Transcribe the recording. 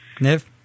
Nev